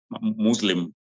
Muslim